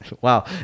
Wow